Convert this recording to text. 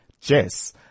Jess